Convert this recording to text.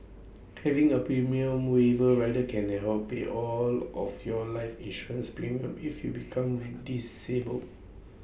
having A premium waiver rider can they help pay all of your life insurance premiums if you become disabled